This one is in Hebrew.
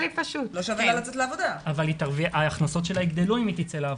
אבל ההכנסות שלה יגדלו אם היא תצא לעבודה.